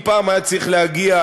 אם פעם היה צריך להגיע,